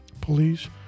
police